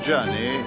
journey